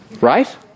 Right